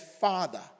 father